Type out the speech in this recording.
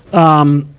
um,